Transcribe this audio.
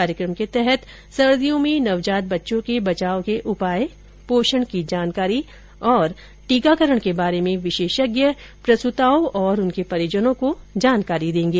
कार्यक्रम के तहत सर्दियों में नवजात बच्चों के बचाव के उपाय पोषण की जानकारी और टीकाकरण के बारे विशेषज्ञ प्रसुताओं और उनके परिजनों को जानकारी देंगे